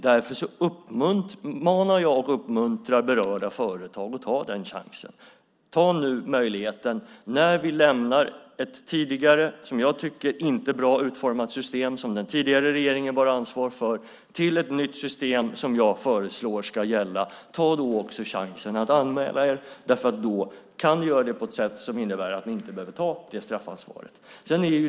Därför uppmanar och uppmuntrar jag berörda företag att ta den chansen. När vi lämnar ett tidigare, som jag tycker, inte bra utformat system som den tidigare regeringen bär ansvar för och går över till ett nytt system som jag föreslår ska gälla, ta då chansen att anmäla er. Det innebär att ni inte behöver ta det straffansvaret.